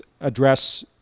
address